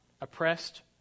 oppressed